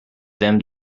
them